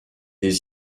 des